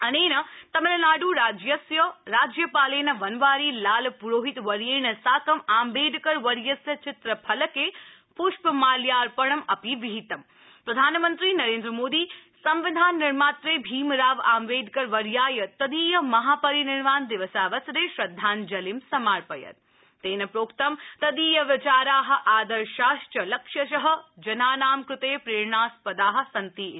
अनेन तमिलनाड् राज्यस्य राज्यपालेन वनवारी लाल प्रोहित वर्येण साकं आम्बेडकर वर्यस्य चित्रफलके प्ष्पमाल्यार्पणं अपि विहितम प्रधानमंत्री नरेन्द्रमोदी संविधाननिर्मात्रे महापरिनिर्वाणदिवसावसरे श्रदधाञ्जलिं समार्पयत े तेन प्रोक्तं तदीय विचारा आदर्शाश्च लक्ष्यश जनानां कृते प्रेरणास्पदा सन्ति इति